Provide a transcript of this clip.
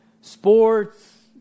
sports